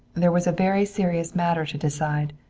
there was a very serious matter to decide,